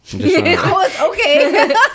okay